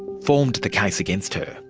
formed the case against her.